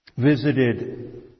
visited